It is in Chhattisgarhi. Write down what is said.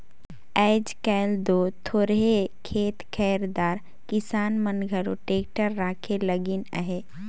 आएज काएल दो थोरहे खेत खाएर दार किसान मन घलो टेक्टर राखे लगिन अहे